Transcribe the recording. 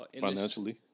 Financially